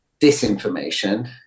disinformation